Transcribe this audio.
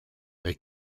they